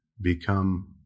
become